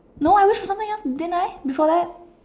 no I wish for something else didn't I before that